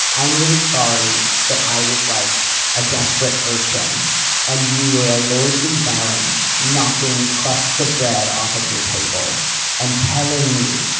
i'm really sorry that i was like a desperate urchin and you were a lordly baron knocking crusts of bread off of your table and telling me,